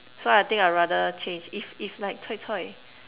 so I think I rather change if if like choi choi